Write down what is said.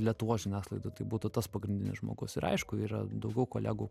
lietuvos žiniasklaidoj tai būtų tas pagrindinis žmogus ir aišku yra daugiau kolegų